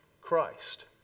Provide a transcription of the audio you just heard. Christ